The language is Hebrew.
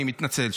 אני מתנצל.